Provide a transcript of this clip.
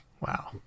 Wow